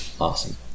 Awesome